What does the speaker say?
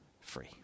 free